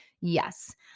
Yes